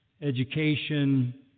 education